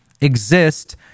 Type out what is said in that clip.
exist